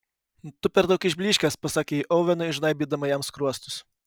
tu per daug išblyškęs pasakė ji ovenui žnaibydama jam skruostus